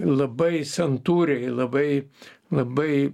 labai santūriai labai labai